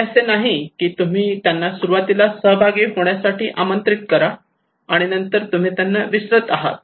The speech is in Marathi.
हे असे नाही कि तुम्ही त्यांना सुरुवातीलाच सहभागी होण्यासाठी आमंत्रित करत आहात आणि नंतर तुम्ही त्यांना विसरत आहात